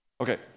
Okay